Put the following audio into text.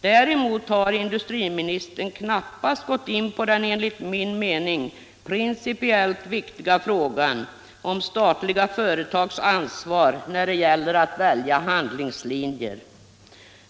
Däremot har industriministern knappast gått in på den enligt min mening principiellt viktiga frågan om statliga företags ansvar när det gäller att välja handlingslinje.